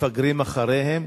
מפגרים אחריהם.